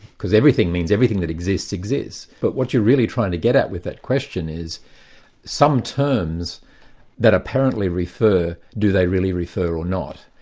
because everything means everything that exists exists. but what you're really trying to get at with that question is some terms that apparently refer, do they really refer or not?